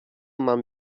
mam